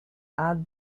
add